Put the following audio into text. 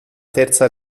terza